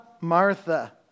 Martha